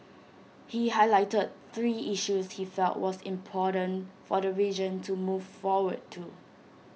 he highlighted three issues he felt was important for the region to move forward to